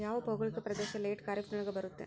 ಯಾವ ಭೌಗೋಳಿಕ ಪ್ರದೇಶ ಲೇಟ್ ಖಾರೇಫ್ ನೊಳಗ ಬರುತ್ತೆ?